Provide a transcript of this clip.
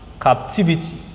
captivity